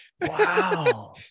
Wow